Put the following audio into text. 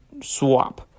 swap